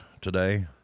today